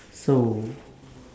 so